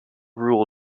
rule